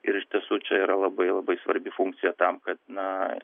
ir iš tiesų čia yra labai labai svarbi funkcija tam kad na